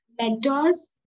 mentors